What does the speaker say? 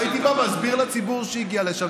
הייתי בא, מסביר לציבור שהגיע לשם.